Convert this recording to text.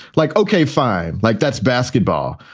like. okay, fine. like, that's basketball.